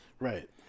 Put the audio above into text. right